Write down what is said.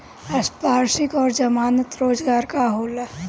संपार्श्विक और जमानत रोजगार का होला?